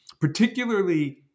particularly